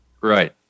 Right